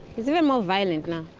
he's even more violent now.